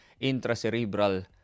intracerebral